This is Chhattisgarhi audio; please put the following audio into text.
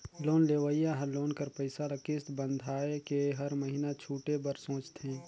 लोन लेहोइया हर लोन कर पइसा ल किस्त बंधवाए के हर महिना छुटे बर सोंचथे